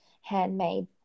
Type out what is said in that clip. handmade